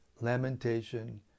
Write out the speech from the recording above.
lamentation